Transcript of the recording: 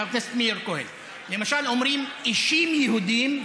חבר הכנסת מאיר כהן, למשל אומרים: אישים יהודים,